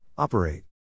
Operate